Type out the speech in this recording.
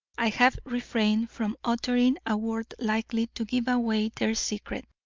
i have refrained from uttering a word likely to give away their secret.